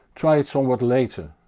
try it somewhat later.